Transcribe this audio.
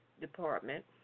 Department